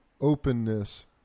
openness